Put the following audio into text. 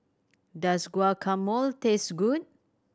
does Guacamole taste good